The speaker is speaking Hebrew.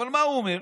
אבל מה הוא אומר,